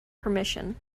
permission